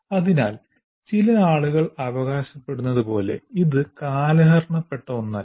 അതിനാൽ ചില ആളുകൾ അവകാശപ്പെടുന്നതുപോലെ ഇത് കാലഹരണപ്പെട്ട ഒന്നല്ല